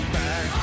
back